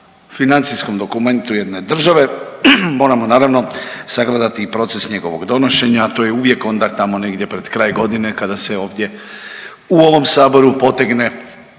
financijskom dokumentu jedne države moramo naravno sagledati i proces njegovog donošenja, a to je uvijek onda tamo negdje pred kraj godine kada se ovdje u ovom Saboru potegne